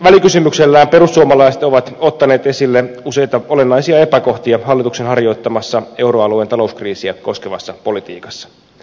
välikysymyksellään perussuomalaiset ovat ottaneet esille useita olennaisia epäkohtia hallituksen harjoittamassa euroalueen talouskriisiä koskevassa politiikassa